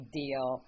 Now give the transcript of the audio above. deal